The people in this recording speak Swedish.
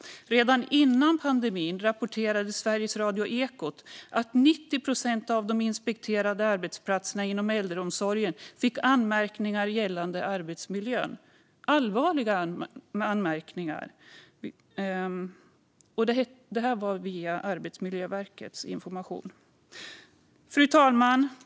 Redan före pandemin rapporterade Sveriges Radios Ekot att 90 procent av de inspekterade arbetsplatserna inom äldreomsorgen fick anmärkningar gällande arbetsmiljön - allvarliga anmärkningar. Detta var information som kom från Arbetsmiljöverket. Fru talman!